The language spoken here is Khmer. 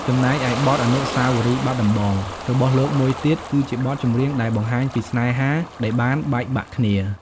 ចំណែកឯបទ អនុស្សាវរីយ៍បាត់ដំបង របស់លោកមួយទៀត គឺជាបទចម្រៀងដែលបង្ហាញពីស្នេហាដែលបានបែកបាក់គ្នា។